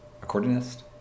accordionist